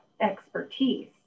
expertise